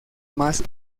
más